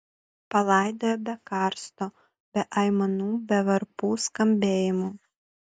palaidojo be karsto be aimanų be varpų skambėjimo